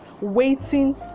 waiting